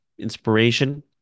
inspiration